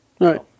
Right